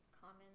common